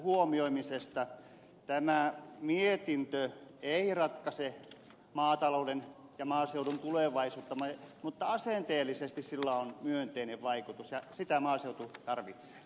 tämä mietintö ei ratkaise maatalouden ja maaseudun tulevaisuutta mutta asenteellisesti sillä on myönteinen vaikutus ja sitä maaseutu tarvitsee